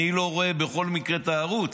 אני לא רואה בכל מקרה את הערוץ,